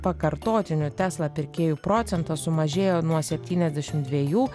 pakartotinių tesla pirkėjų procentas sumažėjo nuo septyniasdešim dviejų